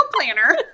planner